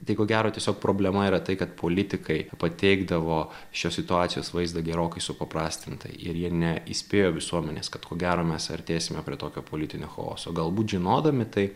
tai ko gero tiesiog problema yra tai kad politikai pateikdavo šios situacijos vaizdą gerokai supaprastintą ir jie neįspėjo visuomenės kad ko gero mes artėsime prie tokio politinio chaoso galbūt žinodami tai